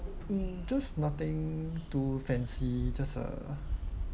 mm just nothing too fancy just uh